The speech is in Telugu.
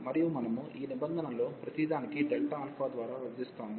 మరియు మనము ఈ నిబంధనలలో ప్రతిదానికి Δα ద్వారా విభజిస్తాము